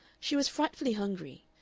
she was frightfully hungry.